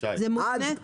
זה מותנה.